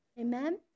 Amen